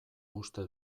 uste